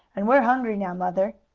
and we're hungry now, mother.